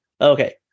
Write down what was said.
okay